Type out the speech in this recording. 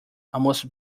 almost